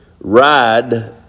ride